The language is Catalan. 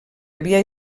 havia